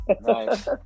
nice